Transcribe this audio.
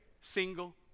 single